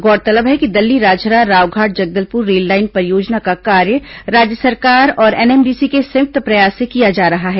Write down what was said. गौरतलब है कि दल्लीराजहरा रावघाट जगदलपुर रेललाइन परियोजना का कार्य राज्य सरकार और एनएमडीसी के संयुक्त प्रयास से किया जा रहा है